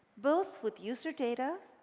both with user data